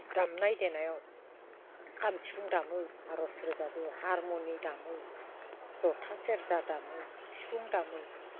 दाम देनायाव खाम सिफुं दामो आर'ज रोजाबो हारमुनि दामो जथा सेरजा दामो सिफुं दामो